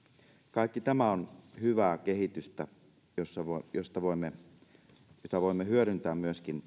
kaikki tämä on hyvää kehitystä jota voimme hyödyntää myöskin